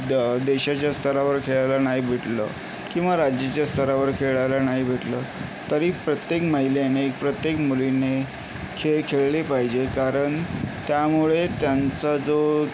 देशाच्या स्तरावर खेळायला नाही भेटलं किंवा राज्याच्या स्तरावर खेळायला नाही भेटलं तरी प्रत्येक महिलेने प्रत्येक मुलीने खेळ खेळले पाहिजे कारण त्यामुळे त्यांचा जो